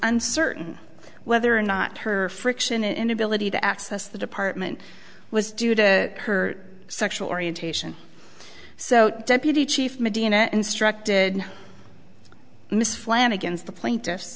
uncertain whether or not her friction inability to access the department was due to her sexual orientation so deputy chief medina instructed miss flanagan's the plaintiff